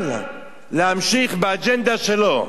אבל להמשיך באג'נדה שלו.